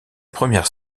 première